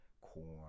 corn